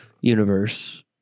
universe